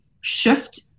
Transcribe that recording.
shift